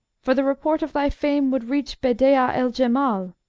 for the report of thy fame would reach bedeea-el-jemal.